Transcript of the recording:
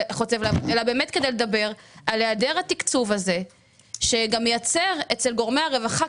אלא באמת כדי לדבר על היעדר התקצוב הזה שגם מייצר אצל גורמי הרווחה,